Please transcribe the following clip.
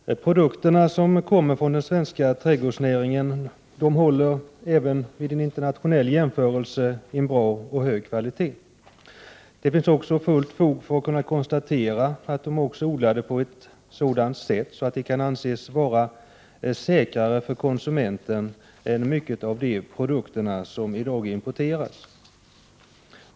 Fru talman! Produkterna som kommer från den svenska trädgårdsnäringen håller, även vid en internationell jämförelse, en bra och hög kvalitet. Det finns också fullt fog för att konstatera att de också är odlade på ett sådant sätt att de kan anses vara säkrare för konsumenten än många av de produkter som i dag importeras.